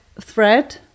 thread